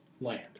land